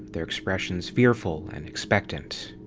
their expressions fearful and expectant.